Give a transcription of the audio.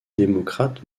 démocrate